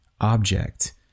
object